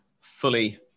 fully